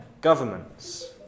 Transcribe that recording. governments